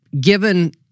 given